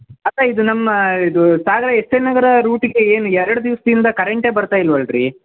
ಅಕ್ಕ ಇದು ನಮ್ಮ ಇದು ಸಾಗರ ಎಸ್ ಎನ್ ನಗರ ರೂಟಿಗೆ ಏನು ಎರಡು ದಿವ್ಸದಿಂದ ಕರೆಂಟೆ ಬರ್ತಾ ಇಲ್ವಲ್ಲ ರೀ